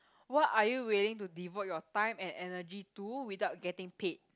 what are you willing to devote your time and energy to without getting paid